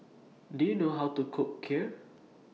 Do YOU know How to Cook Kheer